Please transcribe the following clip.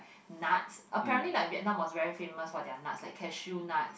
nuts apparently like Vietnam was very famous for their nuts like cashew nut